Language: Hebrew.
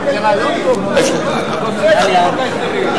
התוספת לחוק ההסדרים.